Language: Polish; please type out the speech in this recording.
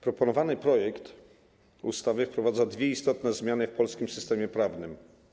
Proponowany projekt ustawy wprowadza dwie istotne zmiany w polskim systemie prawnym.